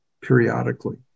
periodically